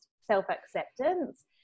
self-acceptance